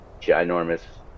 Ginormous